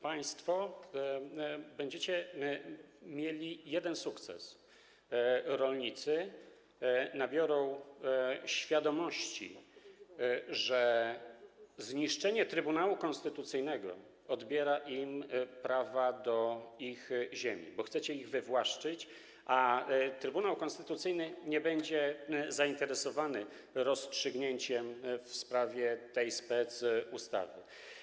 Państwo będziecie mieli jeden sukces: rolnicy nabiorą świadomości, że zniszczenie Trybunału Konstytucyjnego odbiera im prawa do ich ziemi, bo chcecie ich wywłaszczyć, a Trybunał Konstytucyjny nie będzie zainteresowany rozstrzygnięciem w sprawie tej specustawy.